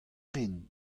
rin